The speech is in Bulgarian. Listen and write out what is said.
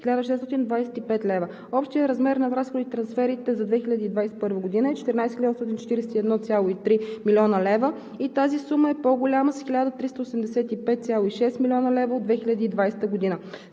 1 625 лв. Общият размер на разходите и трансферите за 2021 г. е 14 841,3 млн. лв. и тази сума е по-голяма с 1 385,6 млн. лв. от 2020 г.